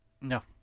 No